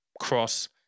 cross